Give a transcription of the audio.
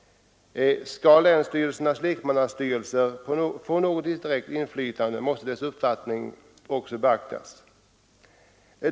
Skall länsstyrelsernas lekmannastyrelse få något direkt inflytande måste dess uppfattning också beaktas.